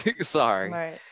Sorry